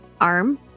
arm